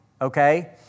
Okay